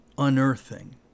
unearthing